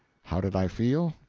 how did i feel?